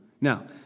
Now